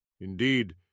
Indeed